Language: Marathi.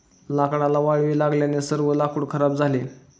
लाकडाला वाळवी लागल्याने सर्व लाकूड खराब झाले